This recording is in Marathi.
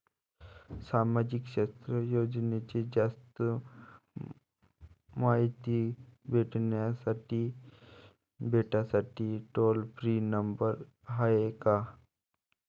सामाजिक क्षेत्र योजनेची जास्त मायती भेटासाठी टोल फ्री नंबर हाय का?